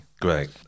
Great